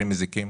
הם מזיקים